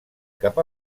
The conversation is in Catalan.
cap